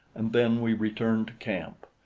and then we returned to camp.